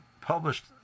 published